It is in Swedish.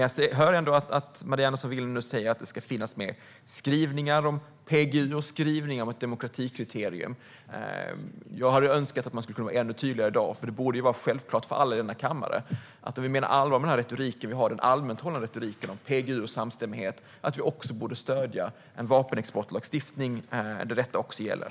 Jag hörde Maria Andersson Willner säga att det ska finnas med skrivningar om PGU och skrivningar om ett demokratikriterium. Jag hade dock önskat att man skulle kunna vara ännu tydligare i dag, för det borde vara självklart för alla i denna kammare att vi, om vi menar allvar med den allmänt hållna retorik som vi har om PGU och samstämmighet, också borde stödja en vapenexportlagstiftning där detta gäller.